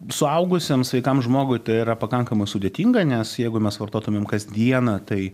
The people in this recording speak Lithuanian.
suaugusiam sveikam žmogui tai yra pakankamai sudėtinga nes jeigu mes vartotumėm kas dieną tai